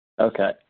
Okay